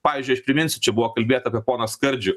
pavyzdžiui aš priminsiu čia buvo kalbėta apie poną skardžių